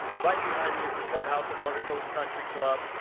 right behind me is the clubhouse at motorcoach country club.